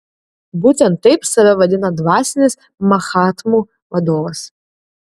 būtent taip save vadina dvasinis mahatmų vadovas